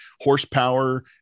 horsepower